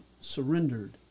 surrendered